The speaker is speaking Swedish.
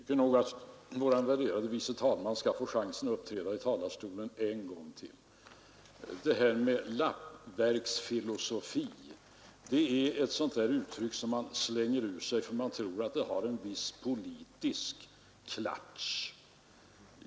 Herr talman! Vår värderade fru andre vice talman skall få chansen att uppträda i talarstolen en gång till Lappverksfilosofi är ett sådant uttryck som man slänger ur sig därför att man tror att det har en viss politisk klatsch.